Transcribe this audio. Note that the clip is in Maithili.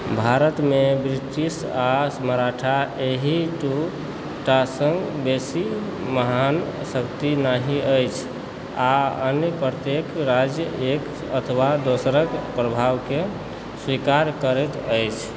भारतमे ब्रिटिश आ मराठा एहि दूटासँ बेसी महान शक्ति नहि अछि आ अन्य प्रत्येक राज्य एक अथवा दोसरक प्रभावकेँ स्वीकार करैत अछि